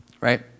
right